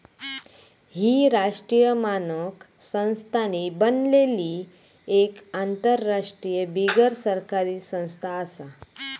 ही राष्ट्रीय मानक संस्थांनी बनलली एक आंतरराष्ट्रीय बिगरसरकारी संस्था आसा